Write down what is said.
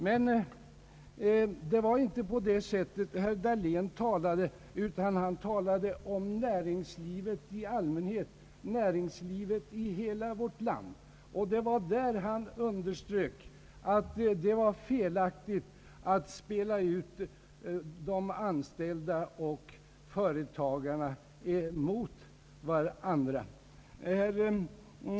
Men det var inte om den saken herr Dahlén talade, utan han talade om näringslivet i allmänhet, näringslivet i hela vårt land, när han underströk att det är felaktigt att spela ut de anställda och företagarna emot varandra.